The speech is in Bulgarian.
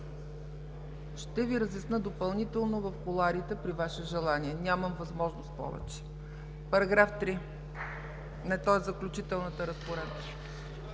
Ще Ви разясня допълнително в кулоарите при Ваше желание, нямам възможност повече. Параграф 3, той е в Заключителната разпоредба.